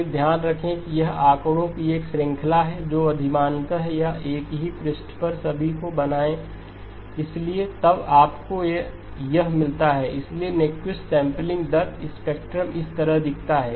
फिर ध्यान रखें कि यह आंकड़ों की एक श्रृंखला है जो अधिमानतः या एक ही पृष्ठ पर सभी को बनाएं इसलिए तब आपको यह मिलता है इसलिए न्यूक्विस्ट सैंपलिंग दर स्पेक्ट्रम इस तरह दिखता है